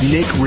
Nick